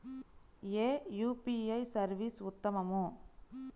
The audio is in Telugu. ఏ యూ.పీ.ఐ సర్వీస్ ఉత్తమము?